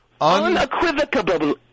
Unequivocable